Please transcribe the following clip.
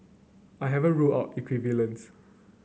I haven't ruled out equivalence